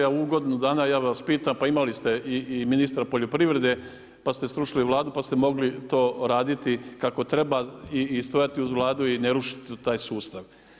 A u ovih godinu dana ja vas pitam, pa imali ste i ministra poljoprivrede, pa ste srušili Vladu, pa ste mogli to raditi kako treba i stajati uz Vladu i ne rušiti taj sustav.